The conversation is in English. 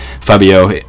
Fabio